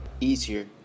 easier